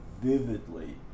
vividly